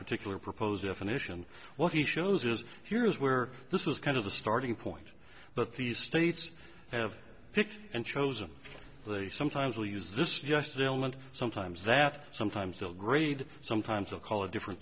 particular proposed a finish and what he shows is here's where this is kind of the starting point that these states have picked and chosen they sometimes will use this just element sometimes that sometimes they'll grade sometimes they'll call a different